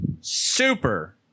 super